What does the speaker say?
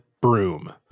broom